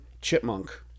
Chipmunk